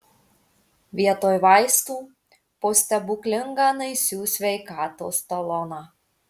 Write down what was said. vietoj vaistų po stebuklingą naisių sveikatos taloną